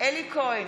אלי כהן,